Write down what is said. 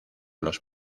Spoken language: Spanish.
los